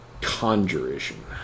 Conjuration